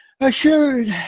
assured